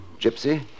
gypsy